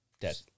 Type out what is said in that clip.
Dead